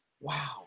wow